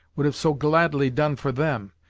would have so gladly done for them.